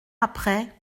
après